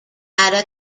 ada